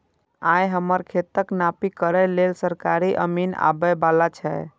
आइ हमर खेतक नापी करै लेल सरकारी अमीन आबै बला छै